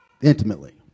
intimately